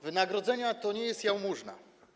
Wynagrodzenia to nie jest jałmużna.